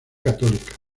católica